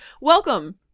Welcome